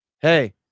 Hey